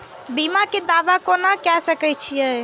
बीमा के दावा कोना के सके छिऐ?